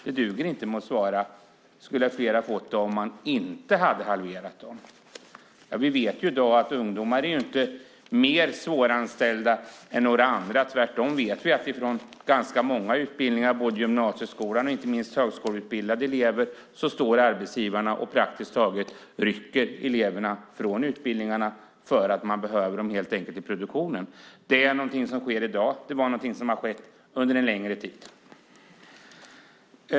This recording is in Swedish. Det duger inte att svara med en fråga om ifall fler skulle ha fått det om man inte halverat dem. Vi vet i dag att ungdomar inte är mer svåranställda än andra. Tvärtom vet vi att när det gäller ganska många utbildningar, både i gymnasieskolan och inte minst högskoleutbildningar, så står arbetsgivarna och praktiskt taget rycker eleverna från utbildningarna för att man helt enkelt behöver dem i produktionen. Det är något som sker i dag, och det är något som har skett under en längre tid.